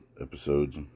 episodes